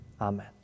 amen